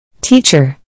Teacher